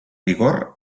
vigor